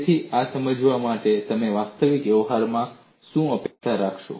તેથી આ સમજાવે છે કે તમે વાસ્તવિક વ્યવહારમાં શું અપેક્ષા રાખશો